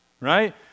Right